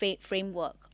framework